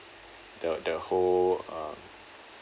the the whole uh